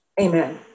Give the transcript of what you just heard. Amen